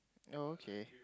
okay